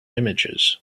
images